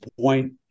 point